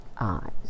eyes